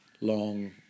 long